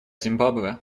зимбабве